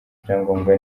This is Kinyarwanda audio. ibyangombwa